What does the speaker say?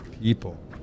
people